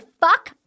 fuck